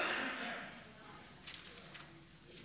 אדוני